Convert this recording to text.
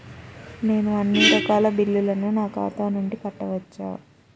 నేను అన్నీ రకాల బిల్లులను నా ఖాతా నుండి కట్టవచ్చా?